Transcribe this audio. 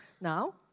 Now